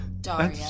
Daria